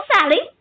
Sally